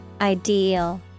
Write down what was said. ideal